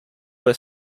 were